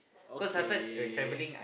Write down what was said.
okay